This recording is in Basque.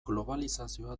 globalizazioa